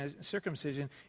circumcision